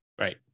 Right